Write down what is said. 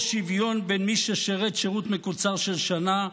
או שוויון בין מי ששירת שירות מקוצר של שנה,